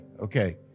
okay